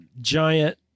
giant